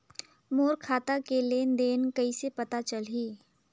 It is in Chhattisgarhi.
मोर खाता के लेन देन कइसे पता चलही?